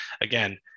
again